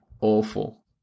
awful